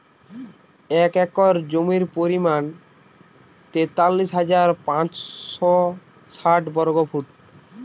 এক একর জমির পরিমাণ তেতাল্লিশ হাজার পাঁচশত ষাট বর্গফুট